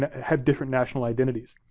had different national identities.